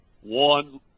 one